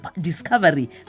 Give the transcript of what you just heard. discovery